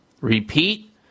Repeat